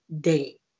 day